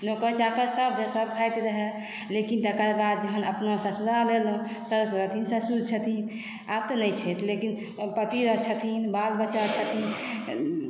नौकर चाकर सब सब खाइत रहय लेकिन तकरबाद जखन अपना ससुराल अयलहुँ साउस रहथिन ससुर छथिन आब तऽ नहि छथि लेकिन आब पति रह छथिन बाल बच्चा छथिन